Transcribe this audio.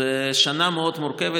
זו שנה מאוד מורכבת,